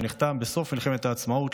שנחתם בסוף מלחמת העצמאות,